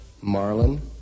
Marlin